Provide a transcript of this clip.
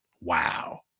Wow